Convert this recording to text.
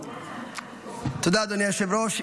תודה, אדוני היושב-ראש.